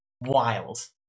wild